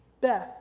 Beth